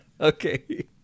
Okay